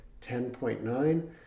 10.9